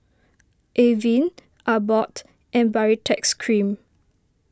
Avene Abbott and Baritex Cream